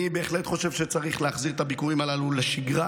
אני בהחלט חושב שצריך להחזיר את הביקורים הללו לשגרה.